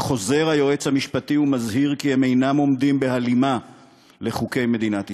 וחוזר היועץ המשפטי ומזהיר כי הם אינם עומדים בהלימה לחוקי מדינת ישראל,